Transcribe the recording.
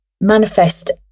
manifest